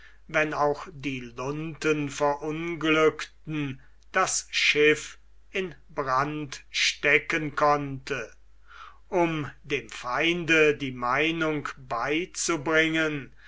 wenn auch die lunten verunglückten das schiff in brand stecken konnte um dem feinde die meinung beizubringen